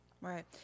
Right